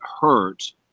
hurt